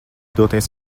doties